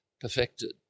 perfected